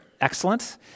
excellent